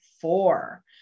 four